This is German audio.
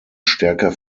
stärker